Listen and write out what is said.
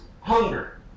Hunger